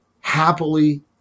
happily